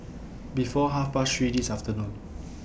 before Half Past three This afternoon